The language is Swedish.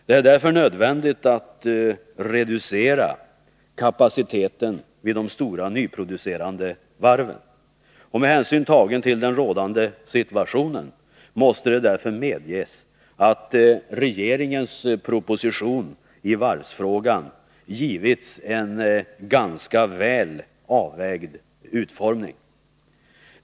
Det är därför nödvändigt att reducera kapaciteten vid de stora nyproducerande varven. Med hänsyn till den rådande situationen måste det därför medges att regeringens proposition i varvsfrågan givits en ganska väl avvägd utformning.